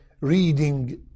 reading